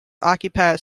occupied